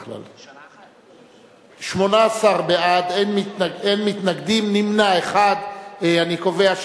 מי בעד, מי נגד, מי נמנע, נא להצביע.